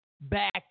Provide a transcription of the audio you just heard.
back